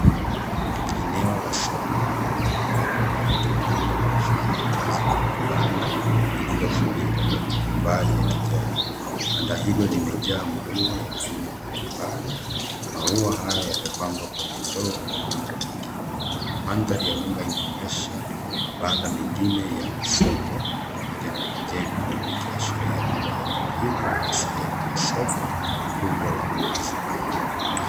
Eneo la soko la maua ambapo watu wawili wanafanya kazi kwenye banda lililofunikwa kwa turubai ya kijani. Banda hilo limejaa maua ya aina mbalimbali, maua haya yamepangwa kwenye ndoo na vyombo vingine. Mandhari ya nyuma inaonyesha mabanda mengine ya soko pamoja na majengo, ikiashiria kuwa eneo hili ni la sehemu ya soko kubwa la wazi.